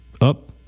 Up